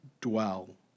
dwell